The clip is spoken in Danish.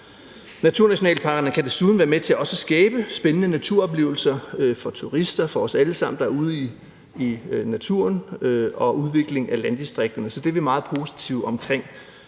Naturnationalparkerne kan desuden være med til også at skabe spændende naturoplevelser for turister og for os alle sammen, der er ude i naturen, og udvikling af landdistrikterne, så det er vi meget positive omkring